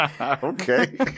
Okay